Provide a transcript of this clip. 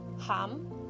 Ham